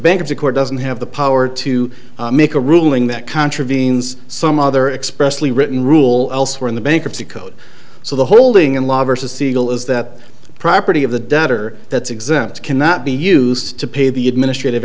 bankruptcy court doesn't have the power to make a ruling that contravenes some other expressly written rule elsewhere in the bankruptcy code so the holding in law versus siegel is that property of the debtor that exempts cannot be used to pay the administrative